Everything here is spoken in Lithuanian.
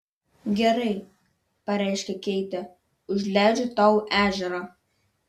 gerai pareiškė keitė užleidžiu tau ežerą